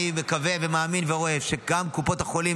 אני מקווה ומאמין ורואה שגם בקופות החולים